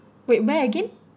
wait where again